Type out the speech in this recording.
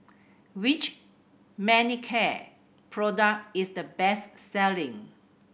which Manicare product is the best selling